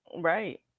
Right